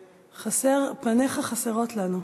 פניך חסרות לנו.